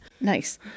Nice